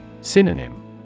Synonym